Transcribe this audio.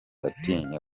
atinya